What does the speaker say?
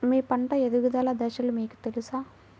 మీ పంట ఎదుగుదల దశలు మీకు తెలుసా?